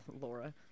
Laura